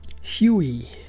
Huey